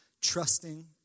trusting